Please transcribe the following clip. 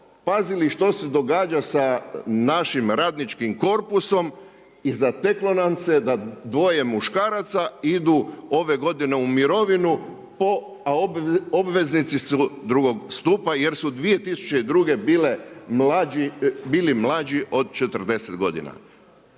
pazili što se događa sa našim radničkim korpusom i zateklo nam se da dvoje muškaraca idu ove godine u mirovinu, a obveznici su drugog stupa jer su 2002. bili mlađi od 40 godina.